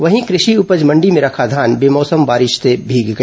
वहीं कृषि उपज मण्डी में रखा धान बेमौसम बारिश से भीग गया